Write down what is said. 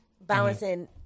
balancing